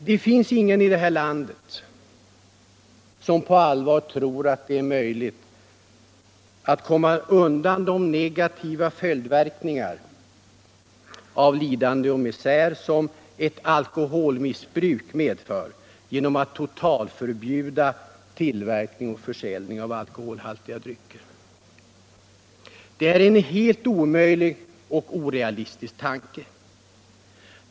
Det finns ingen i vårt land som på allvar tror att det är möjligt att komma undan de negativa följdverkningar av lidande och misär som ett alkoholmissbruk medför genom att totalförbjuda tillverkning och försäljning av alkoholhaltiga drycker. Det är en helt omöjlig och orealistisk tanke.